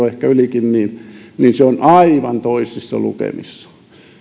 ehkä ylikin niin se on aivan toisissa lukemissa